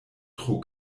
tro